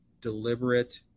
deliberate